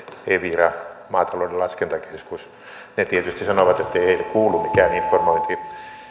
evira kuin maatalouden laskentakeskus ne tietysti sanovat ettei niille kuulu mikään informointi